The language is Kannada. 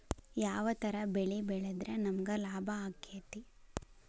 ಯಾವ ತರ ಬೆಳಿ ಬೆಳೆದ್ರ ನಮ್ಗ ಲಾಭ ಆಕ್ಕೆತಿ?